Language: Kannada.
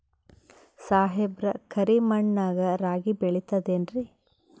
ಸಾಹೇಬ್ರ, ಕರಿ ಮಣ್ ನಾಗ ರಾಗಿ ಬೆಳಿತದೇನ್ರಿ?